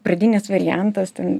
pradinis variantas ten